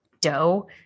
dough